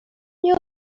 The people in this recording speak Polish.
nie